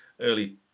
early